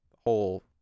whole